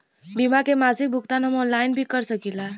बीमा के मासिक भुगतान हम ऑनलाइन भी कर सकीला?